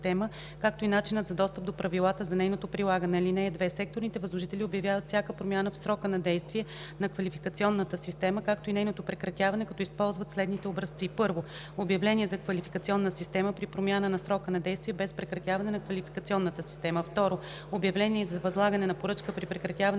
както и начинът за достъп до правилата за нейното прилагане.